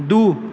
दू